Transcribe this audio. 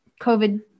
COVID